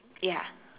ya